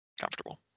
comfortable